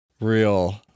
real